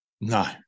No